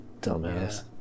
dumbass